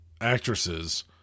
actresses